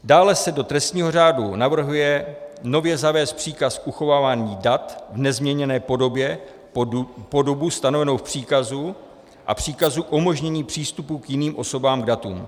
Dále se do trestního řádu navrhuje nově zavést příkaz k uchovávání dat v nezměněné podobě po dobu stanovenou v příkazu a příkazu umožnění přístupu k jiným osobám k datům.